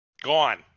gone